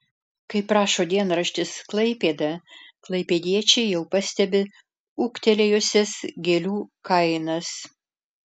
kaip rašo dienraštis klaipėda klaipėdiečiai jau pastebi ūgtelėjusias gėlių kainas